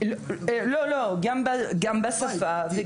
גם בשפה.